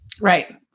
Right